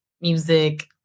music